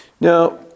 Now